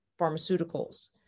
pharmaceuticals